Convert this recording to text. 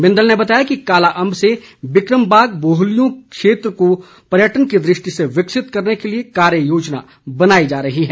बिंदल ने बताया कि काला अम्ब से बि क्रम बाग बोहलियों क्षेत्र को पर्यटन की दृष्टि से विकसित करने के लिए कार्य योजना बनाई जा रही है